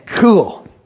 cool